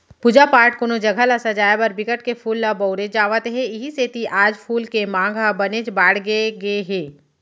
पूजा पाठ, कोनो जघा ल सजाय बर बिकट के फूल ल बउरे जावत हे इहीं सेती आज फूल के मांग ह बनेच बाड़गे गे हे